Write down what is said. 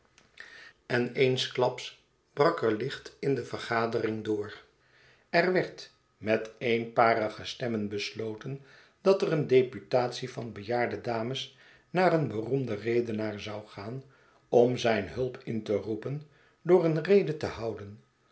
en eensklaps brak er licht in de vergadering door er werd met eenparige stemmen besloten dat er een deputatie van bejaarde dames naar een beroemden redenaar zou gaan om zijn hulp in te roepen door een rede te houden